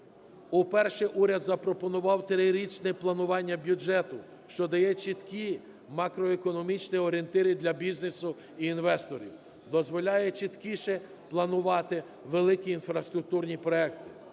Вперше уряд запропонував трирічне планування бюджету, що дає чіткі макроекономічні орієнтири для бізнесу і інвесторів, дозволяє чіткіше планувати великі інфраструктурні проекти.